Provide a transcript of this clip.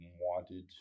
wanted